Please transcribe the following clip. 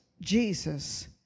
Jesus